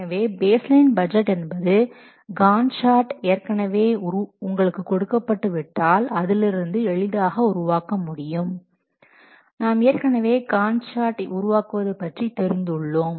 எனவே baseline budget என்பது Gantt chart ஏற்கனவே உங்களுக்கு கொடுக்கப்பட்டு விட்டால் அதிலிருந்து எளிதாக உருவாக்க முடியும் நாம் ஏற்கனவே காண்ட் சார்ட் உருவாக்குவது பற்றி தெரிந்து உள்ளோம்